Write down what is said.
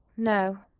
no.